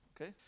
okay